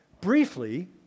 Briefly